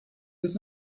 does